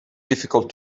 difficult